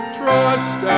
trust